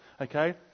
Okay